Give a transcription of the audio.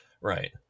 Right